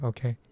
Okay